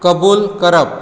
कबूल करप